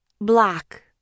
Black